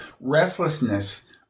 restlessness